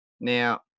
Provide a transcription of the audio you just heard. Now